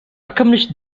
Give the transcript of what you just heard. accomplish